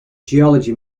geology